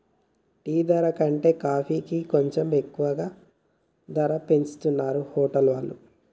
tea ధర కంటే కాఫీకి కొంచెం ఎక్కువ ధర పెట్టుతున్నరు హోటల్ వాళ్ళు